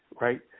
right